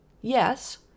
Yes